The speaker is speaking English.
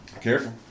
Careful